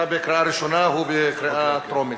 אתה בקריאה ראשונה, הוא בקריאה טרומית.